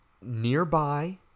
nearby